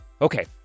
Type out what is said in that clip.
Okay